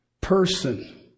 person